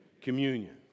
communion